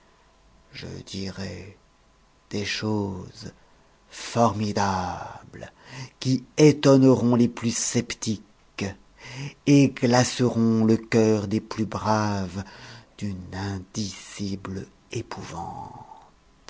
je dirai des choses formidables qui étonneront les plus sceptiques et glaceront le cœur des plus braves d'une indicible épouvante